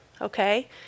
okay